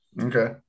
Okay